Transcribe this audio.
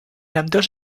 ambdós